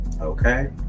Okay